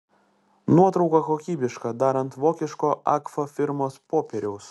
nuotrauka kokybiška dar ant vokiško agfa firmos popieriaus